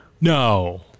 No